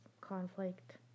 conflict